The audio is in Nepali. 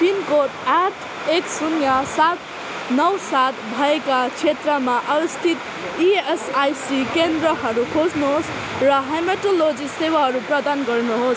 पिनकोड आठ एक शून्य सात नौ सात भएका क्षेत्रमा अवस्थित इएसआइसी केन्द्रहरू खोज्नुहोस् र हेमाटोलोजी सेवाहरू प्रदान गर्नुहोस्